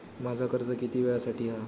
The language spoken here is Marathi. माझा कर्ज किती वेळासाठी हा?